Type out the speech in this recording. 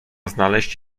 znaleźć